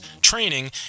training